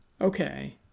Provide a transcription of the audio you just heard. Okay